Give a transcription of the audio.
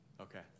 Okay